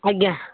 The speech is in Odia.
ଆଜ୍ଞା